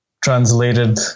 translated